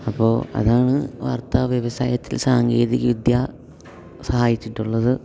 അപ്പോൾ അതാണ് വാർത്താവ്യവസായത്തിൽ സാങ്കേതികവിദ്യ സഹായിച്ചിട്ടുള്ളത്